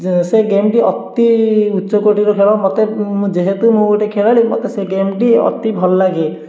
ଯେ ସେ ଗେମ୍ଟି ଅତି ଉଚ୍ଚକୋଟିର ଖେଳ ମୋତେ ଯେହେତୁ ମୁଁ ଗୋଟେ ଖେଳାଳି ମୋତେ ସେ ଗେମ୍ଟି ଅତି ଭଲ ଲାଗେ